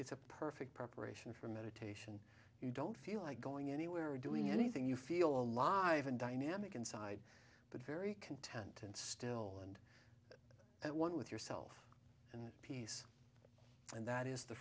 it's a perfect preparation for meditation you don't feel like going anywhere or doing anything you feel alive and dynamic inside but very content and still and at one with yourself and peace and that is the